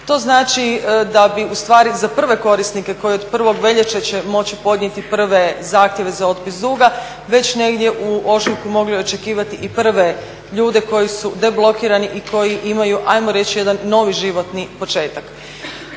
To znači da bi ustvari za prve korisnike koji od 1. veljače će moći podnijeti prve zahtjeve za otpis duga već negdje u ožujku mogli očekivati i prve ljude koji su deblokirani i koji imaju ajmo reći jedan novi životni početak.